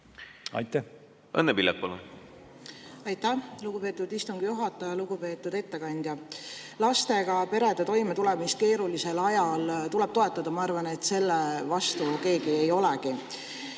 palun! Õnne Pillak, palun! Aitäh, lugupeetud istungi juhataja! Lugupeetud ettekandja! Lastega perede toimetulemist keerulisel ajal tuleb toetada ja ma arvan, et selle vastu keegi ei olegi.